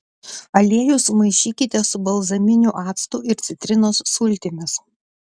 aliejų sumaišykite su balzaminiu actu ir citrinos sultimis